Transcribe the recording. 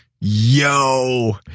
Yo